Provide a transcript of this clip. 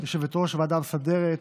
יושבת-ראש הוועדה המסדרת,